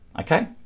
okay